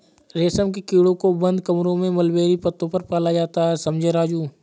रेशम के कीड़ों को बंद कमरों में मलबेरी पत्तों पर पाला जाता है समझे राजू